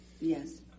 Yes